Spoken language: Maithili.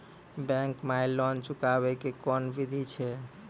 बैंक माई लोन चुकाबे के कोन बिधि छै?